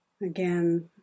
Again